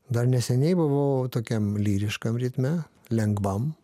dar neseniai buvau tokiam lyriškam ritme lengvam